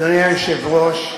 אדוני היושב-ראש,